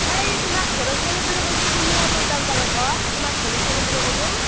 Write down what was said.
হেই তোমাক ঘৰৰ ছোৱালী বুলি কৈছোঁ তুমি আৰু উল্টা পুল্টাকে ক তোমাক ঘৰৰ ছোৱালী বুলি কলোঁ